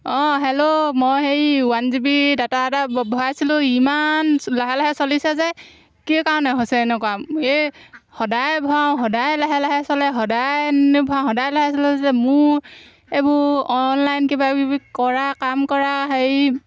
অঁ হেল্ল' মই হেৰি ওৱান জি বি ডাটা এটা ভৰাইছিলোঁ ইমান লাহে লাহে চলিছে যে কি কাৰণে হৈছে এনেকুৱা এই সদায় ভৰাওঁ সদায় লাহে লাহে চলে সদায় এনে ভৰাওঁ সদায় লাহে চলে যে মোৰ এইবোৰ অনলাইন কিবাকিবি কৰা কাম কৰা হেৰি